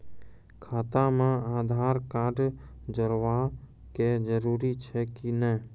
खाता म आधार कार्ड जोड़वा के जरूरी छै कि नैय?